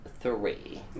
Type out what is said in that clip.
three